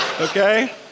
Okay